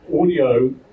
audio